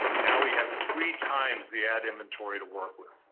now we have three times the ad inventory to work with.